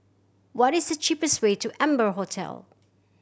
what is the cheapest way to Amber Hotel